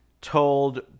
told